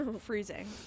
freezing